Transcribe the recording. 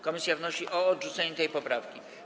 Komisja wnosi o odrzucenie tej poprawki.